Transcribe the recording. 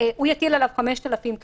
הוא יטיל עליו קנס של 5,000 ש"ח כי